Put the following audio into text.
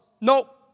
Nope